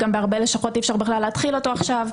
בהרבה לשכות אי-אפשר להתחיל אותו עכשיו.